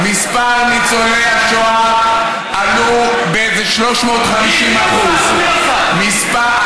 מספר ניצולי השואה עלה באיזה 350%. מי?